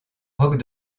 roc